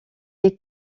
est